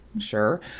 sure